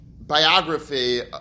biography